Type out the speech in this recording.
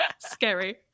Scary